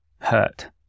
hurt